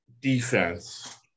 defense